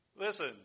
Listen